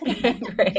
Great